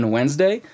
Wednesday